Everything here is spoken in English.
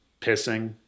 pissing